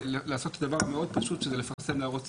לעשות דבר מאוד פשוט לפרסם הערות לציבור.